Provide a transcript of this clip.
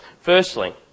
Firstly